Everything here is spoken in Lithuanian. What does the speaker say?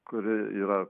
kuri yra